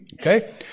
okay